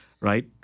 right